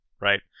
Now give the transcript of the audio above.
right